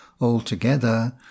altogether